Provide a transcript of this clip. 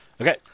Okay